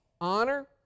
honor